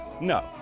No